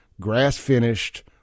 grass-finished